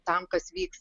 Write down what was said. tam kas vyks